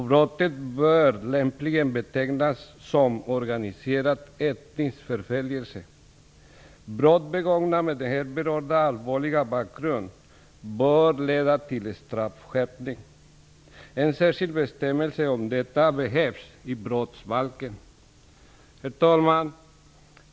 Brottet bör lämpligen betecknas som organiserad etnisk förföljelse. Brott begångna med den här berörda allvarliga bakgrunden bör leda till straffskärpning. En särskild bestämmelse om detta behövs i brottsbalken. Herr talman!